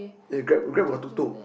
eh grab grab got tuk-tuk